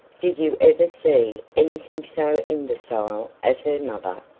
did you ever see anything so imbecile as her mother?